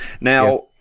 Now